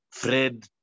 Fred